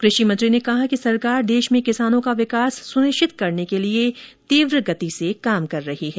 कृषि मंत्री ने कहा कि सरकार देश में किसानों का विकास सुनिश्चित करने के लिए तीव्रगति से काम कर रही है